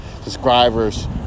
subscribers